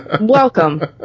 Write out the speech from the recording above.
Welcome